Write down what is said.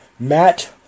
Matt